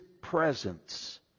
presence